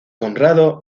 conrado